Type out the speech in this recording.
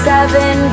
Seven